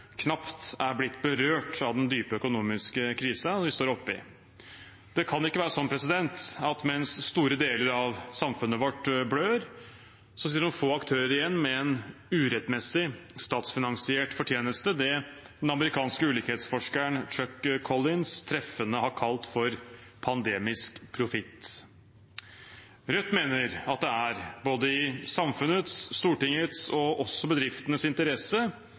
knapt er blitt berørt av den dype økonomiske krisen vi står oppe i. Det kan ikke være sånn at mens store deler av samfunnet vårt blør, sitter noen få aktører igjen med en urettmessig statsfinansiert fortjeneste – det den amerikanske ulikhetsforskeren Chuck Collins treffende har kalt for pandemisk profitt. Rødt mener at det er både i samfunnets, Stortingets og også i bedriftenes interesse